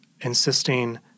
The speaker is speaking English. insisting